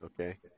Okay